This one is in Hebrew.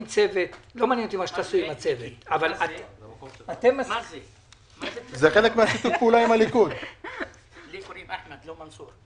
צוות ואתם מסכימים להאריך את הוראת השעה בהתאם להנחיות של היועץ המשפטי